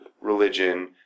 religion